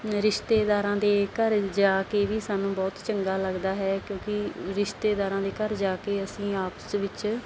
ਰਿਸ਼ਤੇਦਾਰਾਂ ਦੇ ਘਰ ਜਾ ਕੇ ਵੀ ਸਾਨੂੰ ਬਹੁਤ ਚੰਗਾ ਲੱਗਦਾ ਹੈ ਕਿਉਂਕਿ ਰਿਸ਼ਤੇਦਾਰਾਂ ਦੇ ਘਰ ਜਾ ਕੇ ਅਸੀਂ ਆਪਸ ਵਿੱਚ